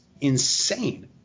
insane